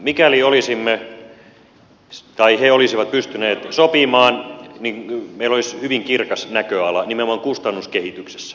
mikäli olisimme tai he olisivat pystyneet sopimaan niin meillä olisi hyvin kirkas näköala nimenomaan kustannuskehityksessä